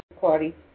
Party